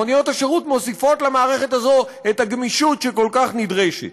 מוניות השירות מוסיפות למערכת הזו את הגמישות שכל כך נדרשת.